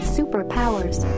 superpowers